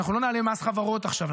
אנחנו לא נעלה מס חברות עכשיו,